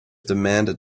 demanded